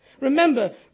Remember